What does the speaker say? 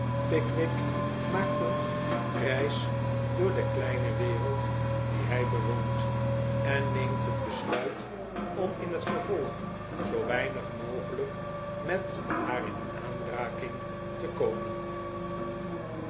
pickwick maakt een reis door de kleine wereld die hij bewoont en neemt het besluit om in het vervolg zoo weinig mogelijk met haar in aanraking te komen